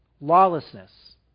Lawlessness